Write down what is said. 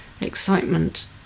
excitement